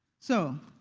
so